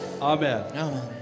Amen